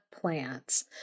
plants